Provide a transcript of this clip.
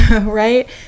right